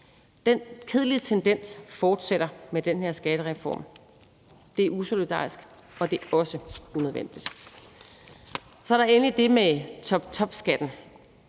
Den kedelige tendens fortsætter med den her skattereform. Det er usolidarisk, og det er også unødvendigt. Så er der endelig det med toptopskatten.